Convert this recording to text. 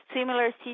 similar